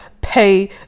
pay